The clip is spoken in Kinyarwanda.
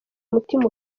mutima